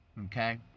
okay